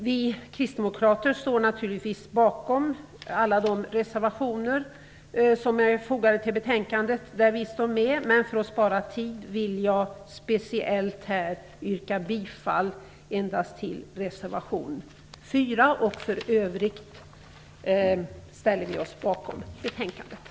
Vi kristdemokrater står naturligtvis bakom alla de reservationer där vi står med som är fogade till betänkandet. För att spara tid vill jag yrka bifall endast till reservation 4. För övrigt ställer vi oss bakom utskottets hemställan.